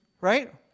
Right